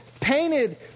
painted